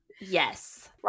Yes